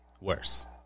worse